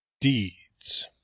Deeds